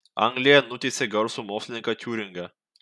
anglija nuteisė garsų mokslininką tiuringą